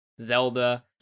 Zelda